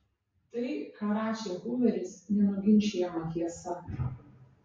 tai ką rašė huveris nenuginčijama tiesa